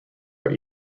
are